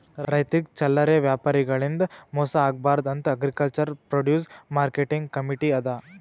ರೈತರಿಗ್ ಚಲ್ಲರೆ ವ್ಯಾಪಾರಿಗಳಿಂದ್ ಮೋಸ ಆಗ್ಬಾರ್ದ್ ಅಂತಾ ಅಗ್ರಿಕಲ್ಚರ್ ಪ್ರೊಡ್ಯೂಸ್ ಮಾರ್ಕೆಟಿಂಗ್ ಕಮೀಟಿ ಅದಾ